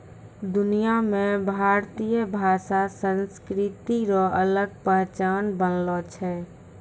दुनिया मे भारतीय भाषा संस्कृति रो अलग पहचान बनलो छै